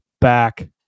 back